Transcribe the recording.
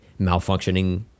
malfunctioning